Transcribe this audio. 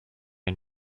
and